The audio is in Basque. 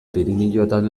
pirinioetan